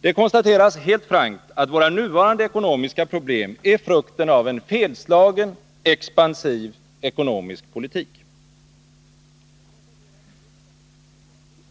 Det konstateras helt frankt att våra nuvarande ekonomiska problem är frukten av en felslagen expansiv ekonomisk politik.